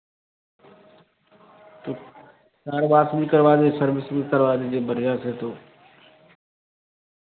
तो car wash भी करवा दीजिए सर्विसिंग भी करवा दीजिए बढ़िया है फिर तो